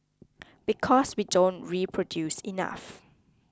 because we don't reproduce enough